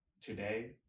today